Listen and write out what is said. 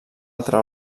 altra